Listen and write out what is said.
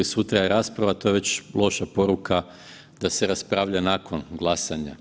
Sutra je rasprava, to je već loša poruka da se raspravlja nakon glasanja.